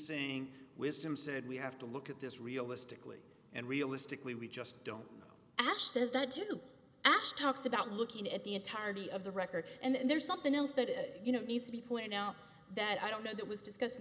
saying wisdom said we have to look at this realistically and realistically we just don't ask says that to ask talks about looking at the entirety of the record and there's something else that you know needs to be pointed out that i don't know that was discuss